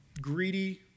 greedy